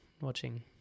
watching